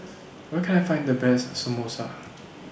Where Can I Find The Best Samosa